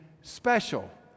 special